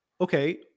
Okay